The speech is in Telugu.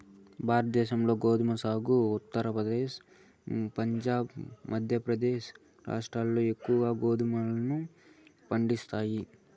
భారతదేశంలో గోధుమ సాగులో ఉత్తరప్రదేశ్, పంజాబ్, మధ్యప్రదేశ్ రాష్ట్రాలు ఎక్కువగా గోధుమలను పండిస్తాయి